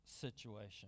situation